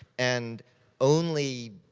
and only,